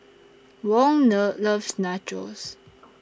Wong Love loves Nachos